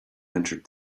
entered